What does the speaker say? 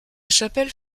chapelle